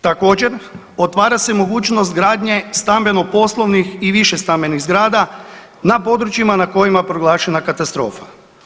Također, otvara se mogućnost gradnje stambeno-poslovnih i višestambenih zgrada na područjima na kojima je proglašena katastrofa.